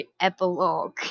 epilogue